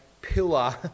pillar